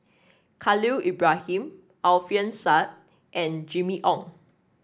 Khalil Ibrahim Alfian Sa'at and Jimmy Ong